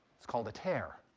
it's called a tear.